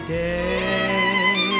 day